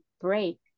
break